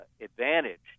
advantage